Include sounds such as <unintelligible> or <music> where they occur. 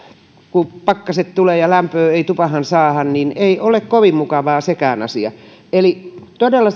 kun pakkaset tulevat ja lämpöä ei tupaan saada niin ei ole kovin mukavaa sekään asia eli todella <unintelligible>